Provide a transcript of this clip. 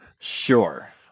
Sure